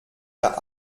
der